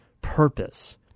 purpose